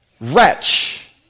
wretch